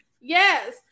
yes